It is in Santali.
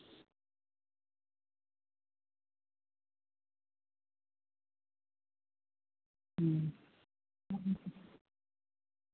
ᱦᱩᱸ